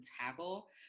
tackle